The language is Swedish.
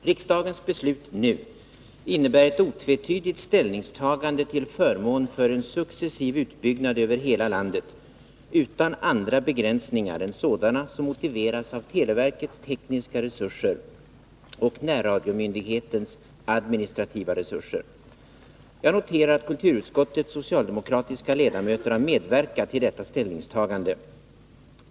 Riksdagens beslut nu innebär ett otvetydigt ställningstagande till förmån för en successiv utbyggnad över hela landet utan andra begränsningar än sådana som motiveras av televerkets tekniska resurser och närradiomyndighetens administrativa resurser. Jag noterar att kulturutskottets socialdemokratiska ledamöter har medverkat till detta ställningstagande.